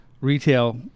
retail